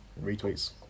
Retweets